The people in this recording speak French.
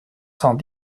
cent